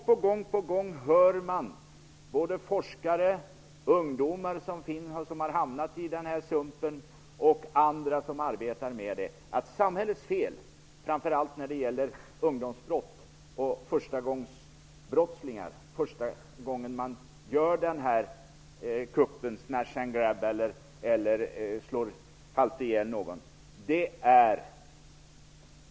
Men gång på gång hör man forskare, ungdomar som har hamnat i den här sumpen samt andra som arbetar med dessa saker förklara att det är samhällets fel, framför allt när det gäller ungdomsbrott och förstagångsbrottslingar, första gången man gör ''smash and grab'' eller slår halvt ihjäl någon.